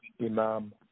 Imam